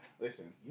listen